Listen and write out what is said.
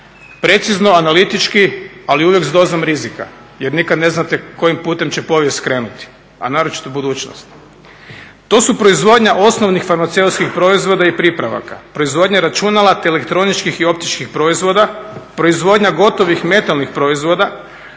Precizno, analitički, ali uvijek s dozom rizika, jer nikad ne znate kojim putem će povijest krenuti, a naročito budućnost. To su proizvodnja osnovnih farmaceutskih proizvoda i pripravaka, proizvodnja računala, te elektroničkih i optičkih proizvoda, proizvodnja gotovih metalnih proizvoda,